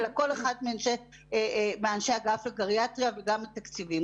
אלא כל אחד מאנשי אגף הגריאטריה וגם אגף התקציבים.